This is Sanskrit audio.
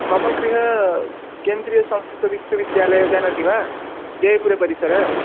मम गृहं केन्द्रियसंस्कृतविश्वविद्यालयं जानति वा जयपुरपरिसरे